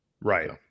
right